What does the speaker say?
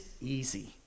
easy